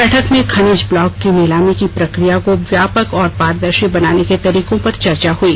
बैठक में खनिज ब्लॉक की नीलामी को व्यापक प्रकिया व्यापक और पारदर्शी बनाने के तरीकों पर चर्चा हुई